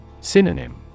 Synonym